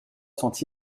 senti